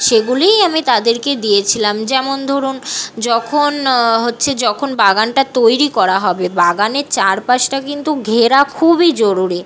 সেগুলিই আমি তাদেরকে দিয়েছিলাম যেমন ধরুন যখন হচ্ছে যখন বাগানটা তৈরি করা হবে বাগানের চারপাশটা কিন্তু ঘেরা খুবই জরুরি